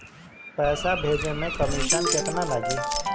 पैसा भेजे में कमिशन केतना लागि?